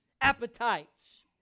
appetites